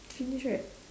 finish right